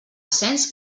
cens